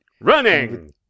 Running